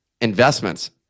investments